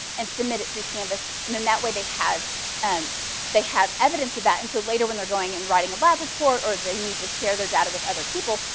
and submit it through canvas. and then that way they have ah they have evidence of that. and so later when they're going and they're writing a lab report, or they need to share their data with other people,